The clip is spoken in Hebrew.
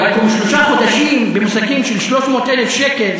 שלושה חודשים במושגים של 300,000 שקל,